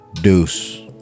deuce